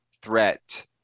threat